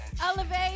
elevate